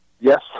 Yes